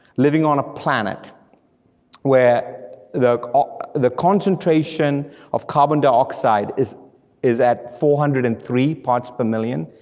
living on a planet where the ah the concentration of carbon dioxide is is at four hundred and three parts per million,